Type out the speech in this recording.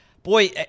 Boy